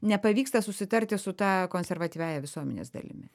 nepavyksta susitarti su ta konservatyviąja visuomenės dalimi